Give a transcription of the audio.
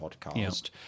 podcast